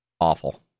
Awful